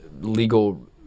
legal